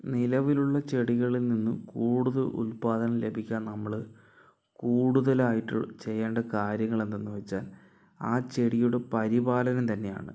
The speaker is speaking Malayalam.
നിലവിലുള്ള ചെടികളിൽ നിന്ന് കൂടുതൽ ഉൽപാദനം ലഭിക്കാൻ നമ്മള് കൂടുതലയിട്ട് ചെയ്യേണ്ട കാര്യങ്ങൾ എന്ത് എന്ന് വെച്ചാൽ ആ ചെടിയുടെ പരിപാലനം തന്നെയാണ്